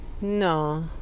No